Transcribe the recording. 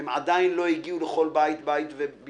הן עדיין לא הגיעו לכל בית בישראל,